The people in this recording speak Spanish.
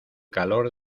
calor